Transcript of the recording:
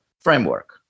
framework